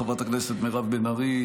חברת הכנסת מירב בן ארי,